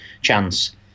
chance